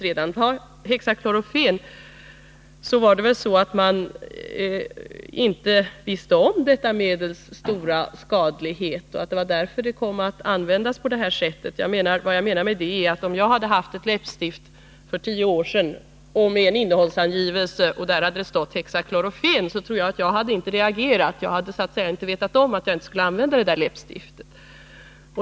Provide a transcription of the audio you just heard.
När det gäller hexaklorofen var det väl så att man inte kände till detta medels stora skadlighet och att det var därför det kom att användas på det här sättet. Vad jag menar är att om jag för tio år sedan hade haft ett läppstift med en innehållsangivelse, där det hade stått hexaklorofen, så tror jag inte att jag hade reagerat. Jag hade inte vetat om att jag inte borde använda det där läppstiftet.